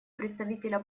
представителя